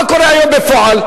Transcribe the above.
מה קורה היום בפועל?